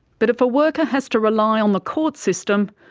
but if a worker has to rely on the court system,